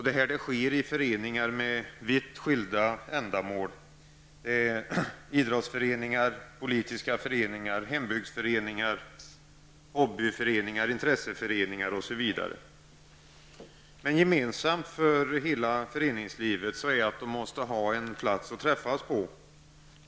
Detta sker i föreningar med vitt skilda ändamål: Gemensamt för hela föreningslivet är att det måste finnas en plats att träffas på.